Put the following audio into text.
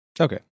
Okay